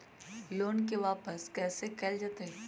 Loan के वापस कैसे कैल जतय?